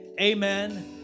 amen